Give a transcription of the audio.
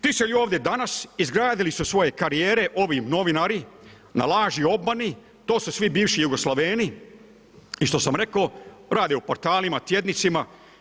Ti su ljudi ovdje danas, izgradili su svoje karijere, ovi novinari, na laži i obmani, to su svi bivši jugoslaveni i što sam rekao, rade u portalima u tjednicima.